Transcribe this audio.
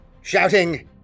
shouting